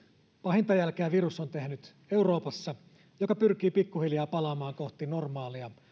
pahinta jälkeä virus on tehnyt euroopassa joka pyrkii pikkuhiljaa palaamaan kohti normaalia